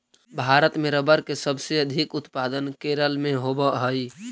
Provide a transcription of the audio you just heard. भारत में रबर के सबसे अधिक उत्पादन केरल में होवऽ हइ